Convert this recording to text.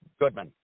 Goodman